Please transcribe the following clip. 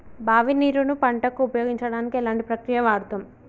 బావి నీరు ను పంట కు ఉపయోగించడానికి ఎలాంటి ప్రక్రియ వాడుతం?